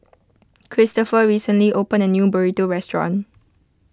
Kristopher recently opened a new Burrito restaurant